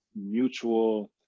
mutual